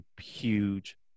huge